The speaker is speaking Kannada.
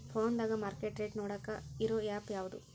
ಫೋನದಾಗ ಮಾರ್ಕೆಟ್ ರೇಟ್ ನೋಡಾಕ್ ಇರು ಆ್ಯಪ್ ಯಾವದು?